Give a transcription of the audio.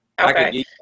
Okay